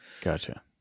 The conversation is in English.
Gotcha